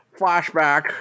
flashback